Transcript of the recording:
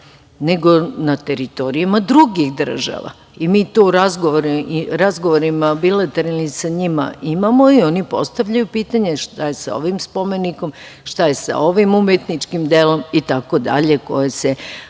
nego i na teritorijama drugih država. Mi to u razgovorima bilateralnim sa njima imamo i oni postavljaju pitanje - šta je sa ovim spomenikom, šta je sa ovim umetničkim delom, itd. koje se